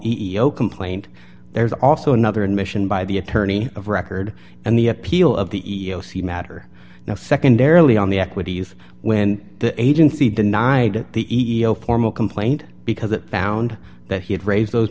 o complaint there is also another admission by the attorney of record and the appeal of the e e o c matter no secondarily on the equities when the agency denied the ego formal complaint because it found that he had raised those